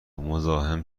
مزاحم